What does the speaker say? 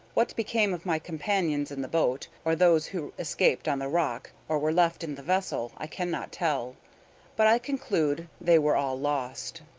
what became of my companions in the boat, or those who escaped on the rock or were left in the vessel, i cannot tell but i conclude they were all lost.